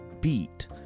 beat